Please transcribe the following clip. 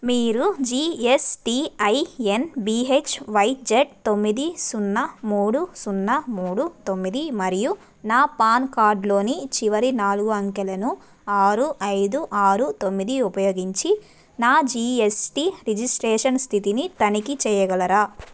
మీరు GSTIN B H Y Z తొమ్మిది సున్నా మూడు సున్నా మూడు తొమ్మిది మరియు నా పాన్ కార్డ్లోని చివరి నాలుగు అంకెలను ఆరు ఐదు ఆరు తొమ్మిది ఉపయోగించి నా జీఎస్టీ రిజిస్ట్రేషన్ స్థితిని తనిఖీ చేయగలరా